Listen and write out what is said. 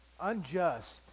unjust